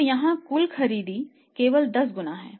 तो यहाँ कुल खरीद केवल 10 गुना है